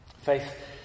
Faith